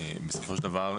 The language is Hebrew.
בסופו של דבר,